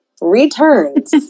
returns